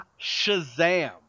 Shazam